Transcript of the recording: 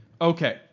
Okay